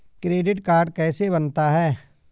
Credit card कैसे बनता है?